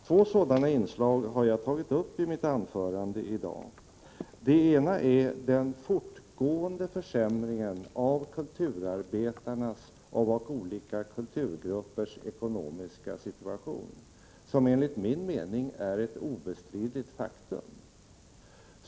Två sådana inslag har jag tagit upp i mitt anförande i dag. Det ena är den fortgående försämringen av kulturarbetarnas och olika kulturgruppers ekonomiska situation, vilken enligt min mening är ett obestridigt faktum.